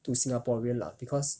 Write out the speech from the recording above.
to singaporean lah because